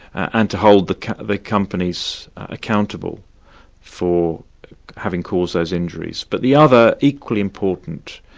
and to hold the the companies accountable for having caused those injuries. but the other, equally important,